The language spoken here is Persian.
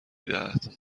دهد